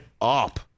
up